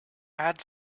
add